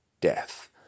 death